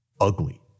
ugly